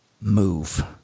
move